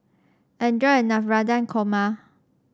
enjoy your Navratan Korma